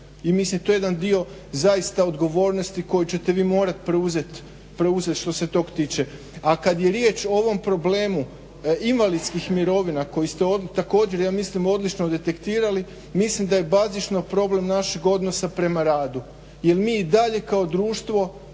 I mislim da je to jedan dio odgovornosti koju ćete vi morati preuzeti što se tog tiče. A kada je riječ o ovom problemu invalidskih mirovina koje ste ovdje također ja mislim odlično detektirali mislim da je bazično problem našeg odnosa prema radu jel mi i dalje kao društvo